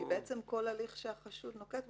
כי בעצם כל הליך שהחשוד נוקט,